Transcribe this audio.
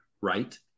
right